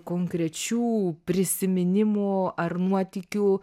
konkrečių prisiminimų ar nuotykių